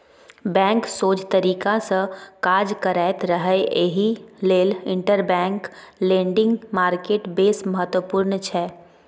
bank सोझ तरीकासँ काज करैत रहय एहि लेल इंटरबैंक लेंडिंग मार्केट बेस महत्वपूर्ण छै